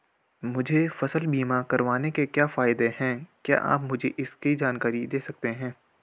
मुझे फसल बीमा करवाने के क्या फायदे हैं क्या आप मुझे इसकी जानकारी दें सकते हैं?